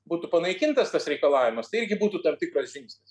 būtų panaikintas tas reikalavimas tai irgi būtų tam tikras žingsnis